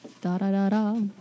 Da-da-da-da